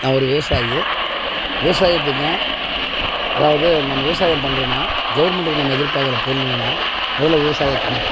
நான் ஒரு விவசாயி விவசாயத்துக்கும் அதாவது நம்ம விவசாயம் பண்ணுறோன்னா கவுர்மெண்ட்டுக்கு நம்ம எதிர்பார்க்குற பொருள் என்னன்னா முதல்ல விவசாயக்கடன்